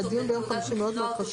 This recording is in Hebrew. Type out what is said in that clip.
הדיון ביום חמישי מאוד מאוד חשוב.